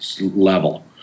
level